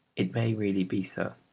it may really be so.